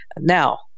Now